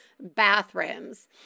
bathrooms